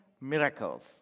miracles